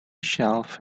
shelf